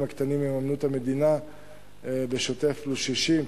הקטנים יממנו את המדינה בשוטף פלוס 60,